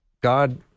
God